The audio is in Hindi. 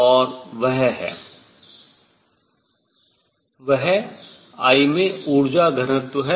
और वह I में ऊर्जा घनत्व है